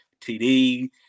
TD